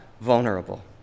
vulnerable